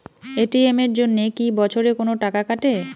ATM এর জন্যে কি বছরে কোনো টাকা কাটে?